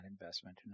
investment